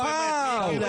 וואוו.